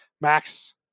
Max